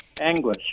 Anguish